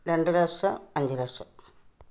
രണ്ട് ലക്ഷം അഞ്ച് ലക്ഷം